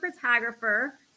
photographer